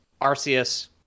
Arceus